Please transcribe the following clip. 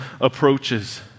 approaches